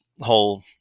whole